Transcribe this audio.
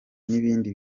n’ibindi